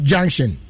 Junction